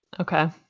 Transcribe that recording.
Okay